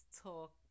Talk